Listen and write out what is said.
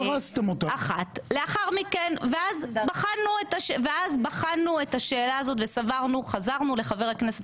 אז בחנו את השאלה הזאת וחזרנו לחבר הכנסת